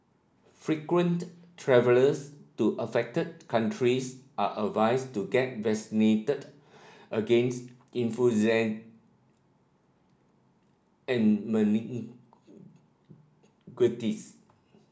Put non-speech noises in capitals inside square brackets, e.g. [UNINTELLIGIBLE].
frequent travellers to affected countries are advised to get vaccinated against influenza and [UNINTELLIGIBLE]